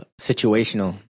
situational